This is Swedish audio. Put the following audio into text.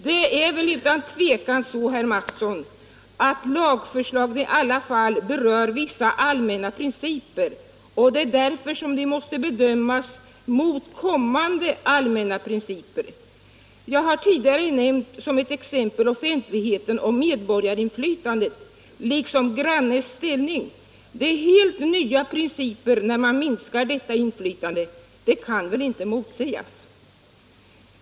Det är utan tvivel så, herr Mattsson, att lagförslaget ialla fall berör vissa allmänna principer, och det är därför det måste bedömas mot kommande allmänna principer. Jag har tidigare nämnt som ett exempel offentligheten och medborgarinflytandet, liksom grannes ställning. Det är helt nya principer som införs när man minskar detta inflytande. Det kan väl inte motsägas.